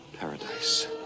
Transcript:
paradise